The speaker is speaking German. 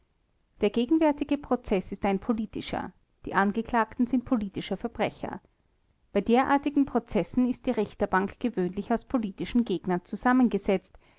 der gegenwärtige prozeß ist ein politischer die angeklagten sind politische verbrecher bei derartigen prozessen ist die richterbank gewöhnlich aus politischen gegnern zusammengesetzt